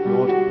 Lord